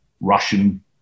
Russian